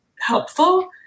helpful